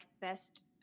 best